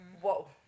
Whoa